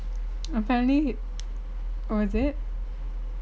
apparently oh is it